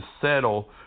settle